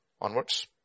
onwards